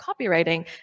copywriting